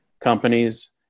companies